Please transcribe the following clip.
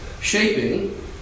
shaping